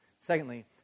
Secondly